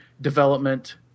development